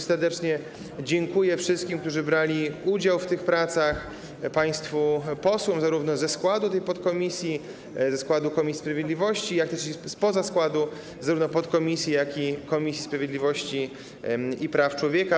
Serdecznie dziękuję wszystkim, którzy brali udział w tych pracach, państwu posłom zarówno ze składu podkomisji, ze składu komisji sprawiedliwości, jak i spoza składu podkomisji i Komisji Sprawiedliwości i Praw Człowieka.